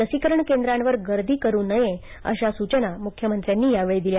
लसीकरण केंद्रांवर गर्दी करू नये अशा सूचना मुख्यमंत्र्यांनी यावेळी दिल्या